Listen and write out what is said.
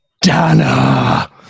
Dana